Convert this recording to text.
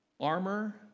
armor